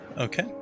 Okay